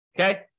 Okay